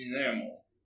animal